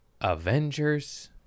Avengers